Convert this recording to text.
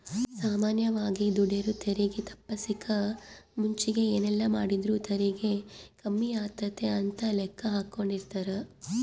ಸಾಮಾನ್ಯವಾಗಿ ದುಡೆರು ತೆರಿಗೆ ತಪ್ಪಿಸಕ ಮುಂಚೆಗೆ ಏನೆಲ್ಲಾಮಾಡಿದ್ರ ತೆರಿಗೆ ಕಮ್ಮಿಯಾತತೆ ಅಂತ ಲೆಕ್ಕಾಹಾಕೆಂಡಿರ್ತಾರ